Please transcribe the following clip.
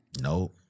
Nope